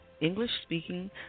English-speaking